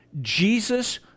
Jesus